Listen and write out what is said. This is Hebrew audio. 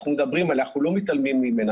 אנחנו מדברים, אנחנו לא מתעלמים ממנה.